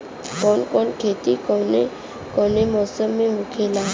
कवन कवन खेती कउने कउने मौसम में होखेला?